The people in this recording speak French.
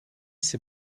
ses